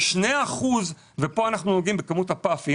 ב-2 אחוזים וכאן אנחנו נוגעים בכמות הפאפים